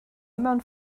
mewn